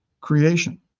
creation